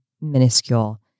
minuscule